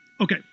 Okay